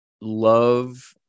love